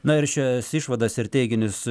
na ir šias išvadas ir teiginius